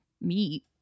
meat